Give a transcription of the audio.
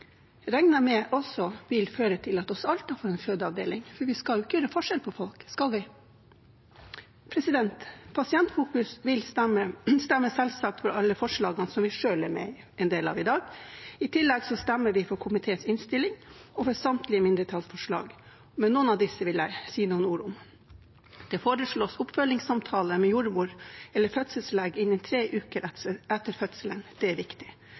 vil føre til at også Alta får en fødeavdeling, for vi skal jo ikke gjøre forskjell på folk, skal vi? Pasientfokus stemmer selvsagt for alle forslagene vi selv er en del av i dag. I tillegg stemmer vi for komiteens innstilling og for samtlige mindretallsforslag, men noen av disse vil jeg si noen ord om. Det foreslås oppfølgingssamtale med jordmor eller fødselslege innen tre uker etter fødselen. Det er viktig,